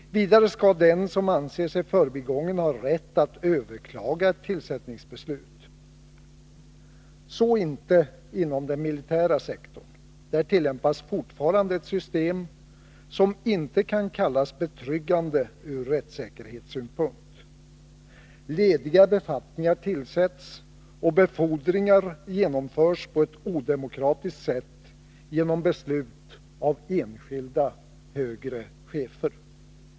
Vidare skall den som anser sig förbigången ha rätt att överklaga ett tillsättningsbeslut. Så är inte fallet inom den militära sektorn. Där tillämpas fortfarande ett system som inte kan kallas betryggande ur rättssäkerhetssynpunkt. Lediga befattningar tillsätts och befordringar genomförs på ett odemokratiskt sätt genom beslut av enskilda högre chefer.